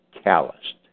calloused